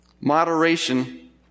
Moderation